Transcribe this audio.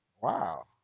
Wow